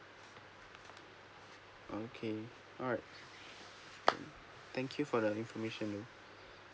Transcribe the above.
okay alright thank you for the information